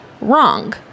Wrong